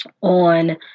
on